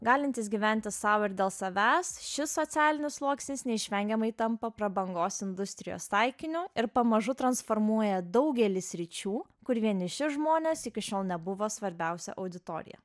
galintis gyventi sau ir dėl savęs šis socialinis sluoksnis neišvengiamai tampa prabangos industrijos taikiniu ir pamažu transformuoja daugelį sričių kur vieniši žmonės iki šiol nebuvo svarbiausia auditorija